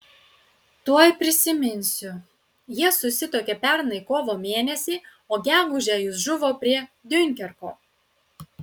tuoj prisiminsiu jie susituokė pernai kovo mėnesį o gegužę jis žuvo prie diunkerko